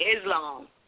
Islam